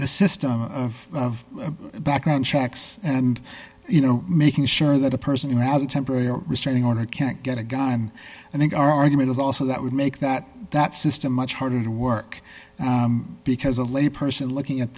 the system of background checks and you know making sure that a person who has a temporary restraining order can't get a guy i'm and our argument is also that would make that that system much harder to work because a layperson looking at